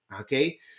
Okay